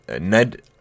Ned